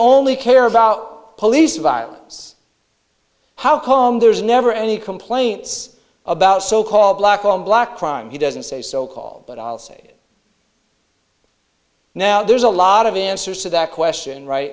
only care about police violence how come there's never any complaints about so called black on black crime he doesn't say so call but i'll say now there's a lot of answers to that question right